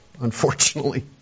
unfortunately